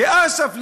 ואש"ף,